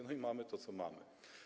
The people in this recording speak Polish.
No i mamy to, co mamy.